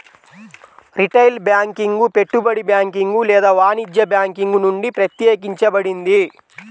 retail banking పెట్టుబడి banking లేదా వాణిజ్య బ్యాంకింగ్ నుండి ప్రత్యేకించబడింది